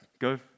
Go